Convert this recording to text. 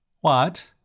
What